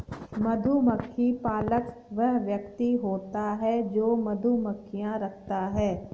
मधुमक्खी पालक वह व्यक्ति होता है जो मधुमक्खियां रखता है